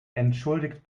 entschuldigt